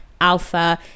alpha